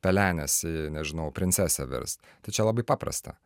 pelenės į nežinau princese virst tai čia labai paprasta